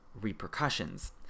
repercussions